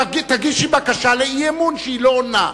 תגישי בקשה לאי-אמון משום שהיא לא עונה.